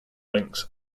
links